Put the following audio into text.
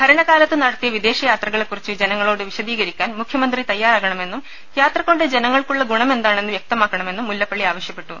ഭരണകാലത്തു നടത്തിയ വിദേശയാത്രകളെക്കു റിച്ച് ജനങ്ങളോട് വിശദീകരിക്കാൻ മുഖ്യമന്ത്രി തയ്യാറാ കണമെന്നും യാത്ര കൊണ്ട് ജനങ്ങൾക്കുള്ള ഗുണമെ ന്താണെന്ന് വ്യക്തമാക്കണമെന്നും മുല്ലപ്പള്ളി ആവശ്യ പ്പെട്ടു